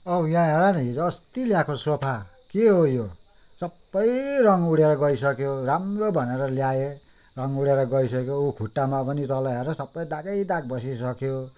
औ यहाँ हेर न हिजो अस्ति ल्याएको सोफा के हो यो सबै रङ उडेर गइसक्यो राम्रो भनेर ल्याएँ रङ उडेर गइसक्यो उ खुट्टमा पनि तल हेर सबै दागै दाग बसिसक्यो